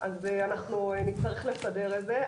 ולכן נצטרך לסדר את זה.